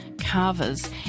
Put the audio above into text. carvers